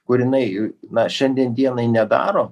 kur jinai na šiandien dienai nedaro